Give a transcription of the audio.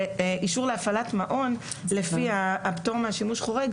ואישור להפעלת מעון על פי הפטור מהשימוש חובה,